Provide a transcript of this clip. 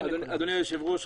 אדוני היושב-ראש,